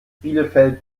bielefeld